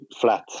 flat